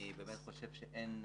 ואני באמת חושב שאין נוהל,